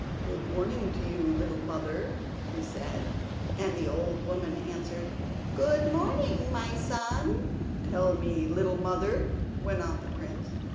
good morning to you, little mother he said and the old woman answered good morning, my son tell me, little mother went on the prince,